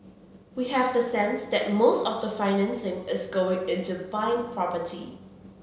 we have the sense that most of the financing is going into buying property